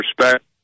respect